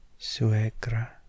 Suegra